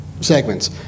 segments